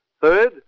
Third